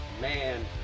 Man